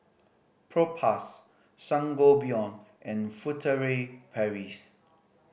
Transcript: Propass Sangobion and Furtere Paris